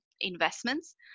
investments